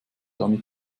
damit